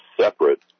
separate